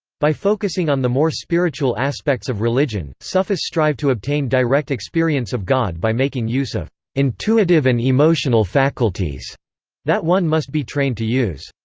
by focusing on the more spiritual aspects of religion, sufis strive to obtain direct experience of god by making use of intuitive and emotional faculties that one must be trained to use.